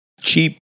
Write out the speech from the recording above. cheap